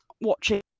watching